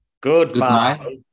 Goodbye